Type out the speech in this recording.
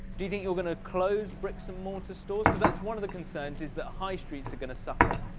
do you think you're going to close bricks-and-mortar stores? because that's one of the concerns is that high streets are going to suffer?